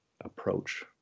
approach